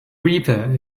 reaper